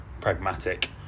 pragmatic